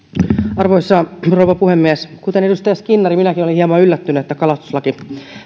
arvoisa rouva puhemies kuten edustaja skinnari minäkin olin hieman yllättynyt että kalastuslaki